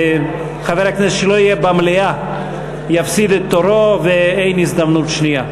חבר כנסת שלא יהיה במליאה יפסיד את תורו ואין הזדמנות שנייה.